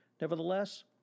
Nevertheless